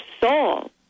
soul